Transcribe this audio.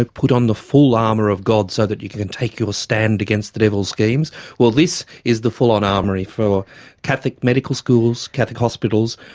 put on the full armour of god so that you can take your stand against the devil's schemes' well this is the full-on armoury for catholic medical schools, catholic hospitals.